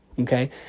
Okay